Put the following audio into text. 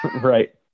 Right